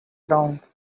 around